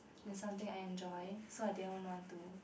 not something I enjoy so I didn't want to